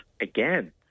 again